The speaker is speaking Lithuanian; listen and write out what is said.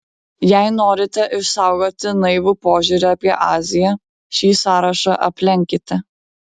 jei norite išsaugoti naivų požiūrį apie aziją šį sąrašą aplenkite